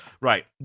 Right